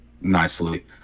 nicely